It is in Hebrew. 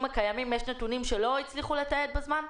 הקיימים יש נתונים שלא הספיקו לתעד בזמן?